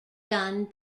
done